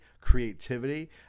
creativity